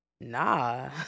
Nah